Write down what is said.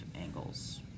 angles